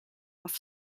off